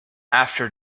after